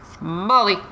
Molly